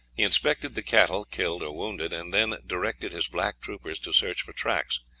he inspected the cattle killed or wounded, and then directed his black troopers to search for tracks,